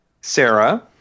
Sarah